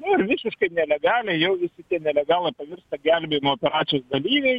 nu ir visiškai nelegaliai jau visi tie nelegalai pavirsta gelbėjimo operacijos dalyviai